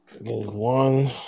One